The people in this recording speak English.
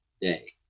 day